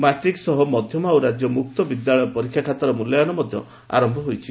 matric ସହ ମଧ୍ଧମା ଓ ରାକ୍ୟ ମୁକ୍ତ ବିଦ୍ୟାଳୟ ପରୀକ୍ଷା ଖାତାର ମଲ୍ୟାୟନ ମଧ ଆରୟ ହୋଇଛି